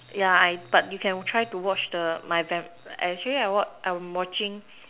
ya I but you can try to watch the my vamp actually I watch I'm watching